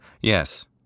Yes